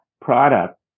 product